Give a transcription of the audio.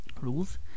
rules